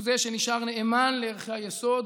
הוא זה שנשאר נאמן לערכי היסוד